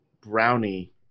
brownie